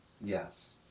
Yes